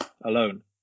alone